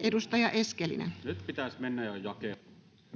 [Eduskunnasta: Nyt pitäisi mennä jo jakeluun!